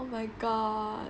oh my god